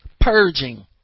Purging